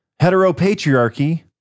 heteropatriarchy